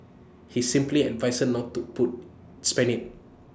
he simply advised her not to put spend IT